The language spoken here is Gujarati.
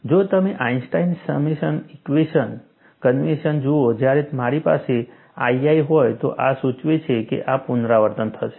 જો તમે આઇન્સ્ટાઇન સમેશન કન્વેન્શન જુઓ જ્યારે મારી પાસે ii હોય તો આ સૂચવે છે કે આ પુનરાવર્તન થશે